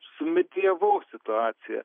sumedijavau situaciją